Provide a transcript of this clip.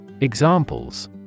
Examples